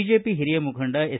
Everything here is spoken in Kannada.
ಬಿಜೆಪಿ ಹಿರಿಯ ಮುಖಂಡ ಎಸ್